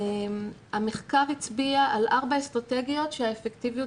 המחקר הצביע על ארבע אסטרטגיות שהאפקטיביות